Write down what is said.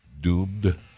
doomed